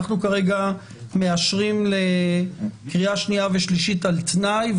אנחנו כרגע מאשרים לקריאה שנייה ושלישית על תנאי.